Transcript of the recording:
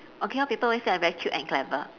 okay lor people always say I very cute and clever